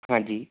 ਹਾਂਜੀ